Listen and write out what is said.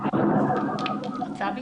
בבקשה.